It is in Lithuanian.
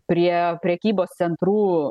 prie prekybos centrų